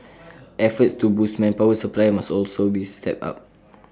efforts to boost manpower supply must also be stepped up